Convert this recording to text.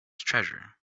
treasure